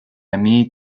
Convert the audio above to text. ami